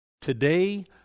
today